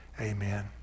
amen